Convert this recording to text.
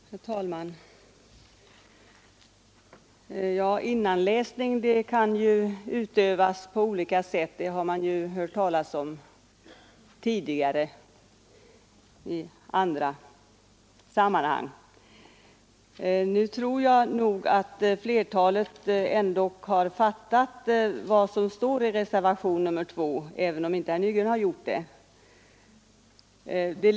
Herr talman! Innanläsning kan utövas på olika sätt — det har man ju hört talas om tidigare i andra sammanhang. Jag tror ändå att flertalet ledamöter har fattat vad som sägs i reservationen 2, även om inte herr Nygren har gjort det.